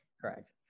Correct